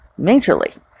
majorly